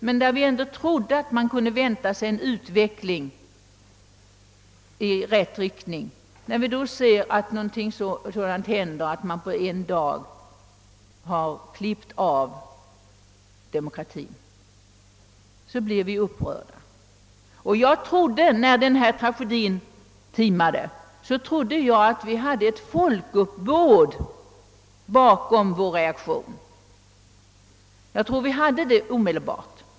Vi kände visserligen till att det rådde stor fattigdom i Grekland och olyckliga förhållanden, men vi trodde ändå att man kunde vänta sig en utveckling där i rätt riktning. Jag trodde, när denna tragedi timade, att vi hade ett folkuppbåd bakom vår reaktion. Vi hade det säkert också omedelbart.